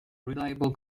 reliable